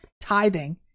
tithing